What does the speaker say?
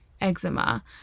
eczema